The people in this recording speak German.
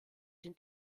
den